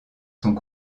sont